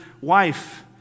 wife